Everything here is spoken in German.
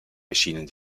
erschienen